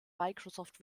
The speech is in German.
microsoft